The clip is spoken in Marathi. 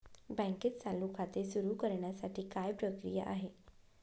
बँकेत चालू खाते सुरु करण्यासाठी काय प्रक्रिया आहे?